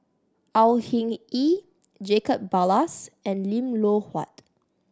Au Hing Yee Jacob Ballas and Lim Loh Huat